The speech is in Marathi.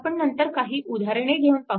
आपण नंतर काही उदाहरणे घेऊन पाहू